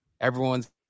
Everyone's